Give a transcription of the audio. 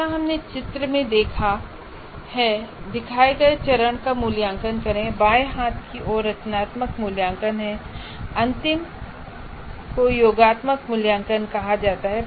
जैसा कि हमने चित्र में देखा है दिखाए गए चरण का मूल्यांकन करें बाएं हाथ की ओर रचनात्मक मूल्यांकन हैं और अंतिम को योगात्मक मूल्यांकन कहा जाता है